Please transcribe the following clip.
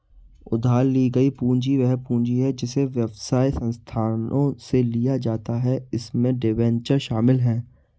उधार ली गई पूंजी वह पूंजी है जिसे व्यवसाय संस्थानों से लिया जाता है इसमें डिबेंचर शामिल हैं